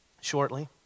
shortly